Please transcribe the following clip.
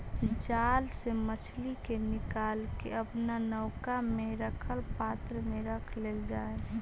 जाल से मछली के निकालके अपना नौका में रखल पात्र में रख लेल जा हई